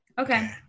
Okay